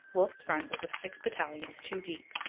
wolfe's front was of six battalions two-deep,